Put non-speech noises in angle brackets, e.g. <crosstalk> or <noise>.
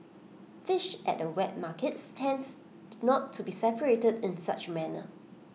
fish at wet markets tends <noise> not to be separated in such A manner